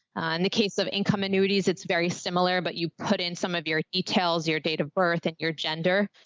ah, in the case of income annuities, it's very similar, but you put in some of your details, your date of birth and your gender,